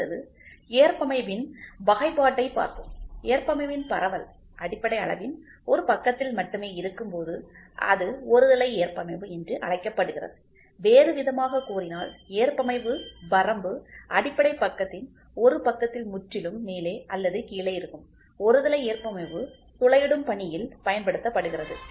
அடுத்தது ஏற்பமைவின் வகைப்பாட்டைப் பார்ப்போம் ஏற்பமைவின் பரவல் அடிப்படை அளவின் ஒரு பக்கத்தில் மட்டுமே இருக்கும்போது அது ஒருதலை ஏற்பமைவு என்று அழைக்கப்படுகிறது வேறுவிதமாகக் கூறினால் ஏற்பமைவு வரம்பு அடிப்படை பக்கத்தின் ஒரு பக்கத்தில் முற்றிலும் மேலே அல்லது கீழே இருக்கும் ஒருதலை ஏற்பமைவு துளையிடும் பணியில் பயன்படுத்தப்படுகிறது